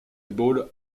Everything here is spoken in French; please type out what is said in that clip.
ball